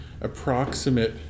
approximate